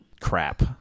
crap